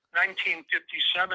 1957